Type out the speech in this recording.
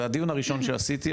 זה הדיון הראשון שעשיתי,